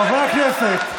חברי הכנסת.